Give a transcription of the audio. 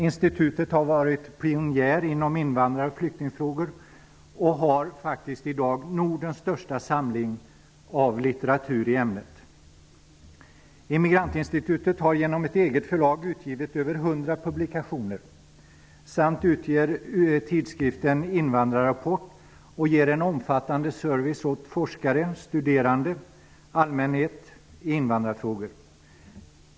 Institutet har varit pionjär inom invandrar och flyktingfrågor och har i dag faktiskt Nordens största samling av litteratur i ämnet. Immigrantinstitutet har genom ett eget förlag utgivit över hundra publikationer, och institutet utger tidskriften Invandrarrapport och ger en omfattande service åt forskare, studerande, allmänhet när det gäller invandrarfrågor.